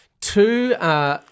two